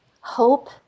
hope